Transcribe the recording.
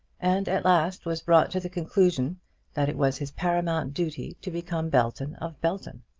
and at last was brought to the conclusion that it was his paramount duty to become belton of belton.